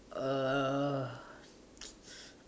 uh